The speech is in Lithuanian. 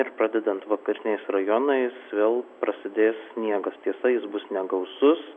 ir pradedant vakariniais rajonais vėl prasidės sniegas tiesa jis bus negausus